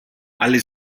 alle